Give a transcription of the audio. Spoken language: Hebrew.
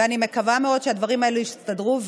ואני מקווה מאוד שהדברים האלה יסתדרו.